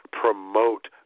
promote